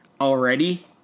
already